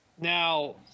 Now